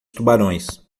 tubarões